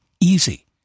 easy